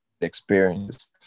experience